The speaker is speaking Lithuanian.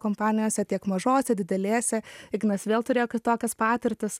kompanijose tiek mažose didelėse ignas vėl turėjo kitokias patirtis